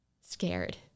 scared